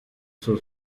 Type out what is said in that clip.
zur